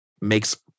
makes